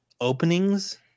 openings